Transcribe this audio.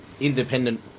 independent